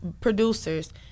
producers